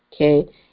okay